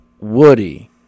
Woody